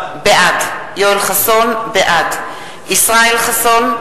בעד ישראל חסון,